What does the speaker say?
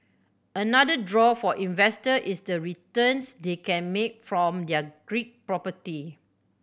another draw for investor is the returns they can make from their Greek property